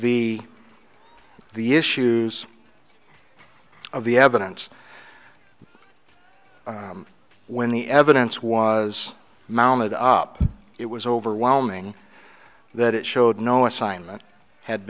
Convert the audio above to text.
the issues of the evidence when the evidence was mounted up it was overwhelming that it showed no assignment had